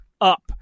up